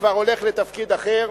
וכבר הולך לתפקיד אחר,